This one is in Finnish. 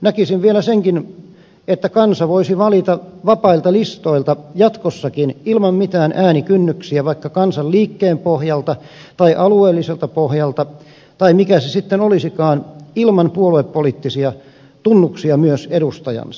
näkisin vielä senkin että kansa voisi valita vapailta listoilta jatkossakin ilman mitään äänikynnyksiä vaikka kansanliikkeen pohjalta tai alueelliselta pohjalta tai mikä se sitten olisikaan myös ilman puoluepoliittisia tunnuksia edustajansa